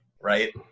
Right